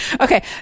Okay